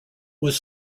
was